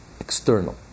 external